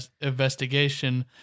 investigation